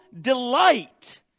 delight